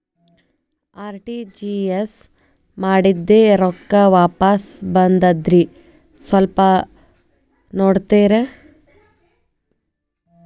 RTGS ಮಾಡಿದ್ದೆ ರೊಕ್ಕ ವಾಪಸ್ ಬಂದದ್ರಿ ಸ್ವಲ್ಪ ನೋಡ್ತೇರ?